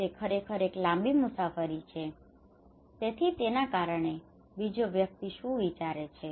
તે ખરેખર એક લાંબી મુસાફરી છે તેથી તેના કારણે બીજો વ્યક્તિ તે શું વિચારે છે